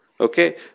Okay